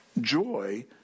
joy